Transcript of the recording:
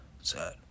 Sad